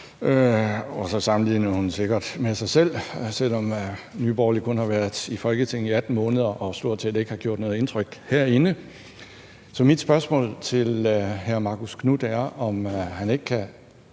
og så sammenlignede hun sikkert med sig selv, selv om Nye Borgerlige kun har været i Folketinget i 18 måneder og stort set ikke har gjort noget indtryk herinde. Så mit spørgsmål til hr. Marcus Knuth er, om han ikke kan